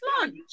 lunch